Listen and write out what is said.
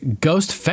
Ghost